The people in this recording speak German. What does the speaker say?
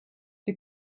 wir